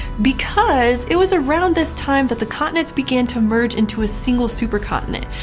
because it was around this time that the continents began to merge into single supercontinent.